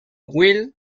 wild